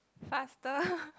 faster